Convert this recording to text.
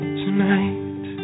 tonight